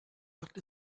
wird